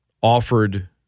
offered